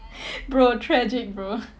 bro tragic bro